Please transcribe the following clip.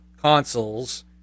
consoles